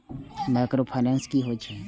Micro finance कि होई छै?